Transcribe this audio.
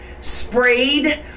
sprayed